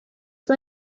mae